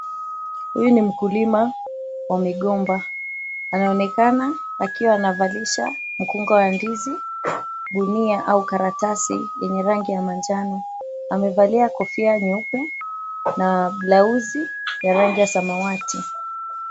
Huyu ni mkulima wa migomba anaonekana akiwa anavalisha mkungu wa ndizi gunia au karatasi la rangi ya manjano, amevalia kofia nyeupe na blausi ya rangi ya samawati.